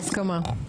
בהסכמה.